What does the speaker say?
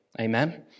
Amen